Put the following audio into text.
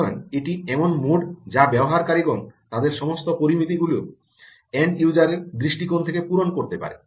সুতরাং এটি এমন মোড যা ব্যবহারকারীগণ তাদের সমস্ত পরামিতি গুলি এন্ড ইউজারের দৃষ্টিকোণ থেকে পূরণ করতে পারে